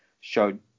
showed